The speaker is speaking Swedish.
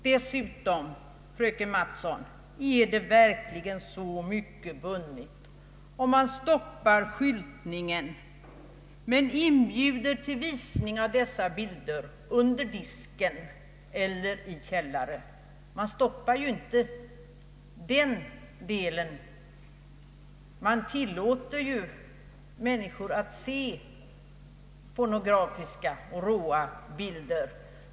Dessutom, fröken Mattson, är det verkligen så mycket vunnet, om man stoppar skyltningen men inbjuder till visning av dessa bilder under disken eller i källare? Den delen av hanteringen stoppas ju inte. Man tillåter människor att se pornografiska och råa bilder.